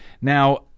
Now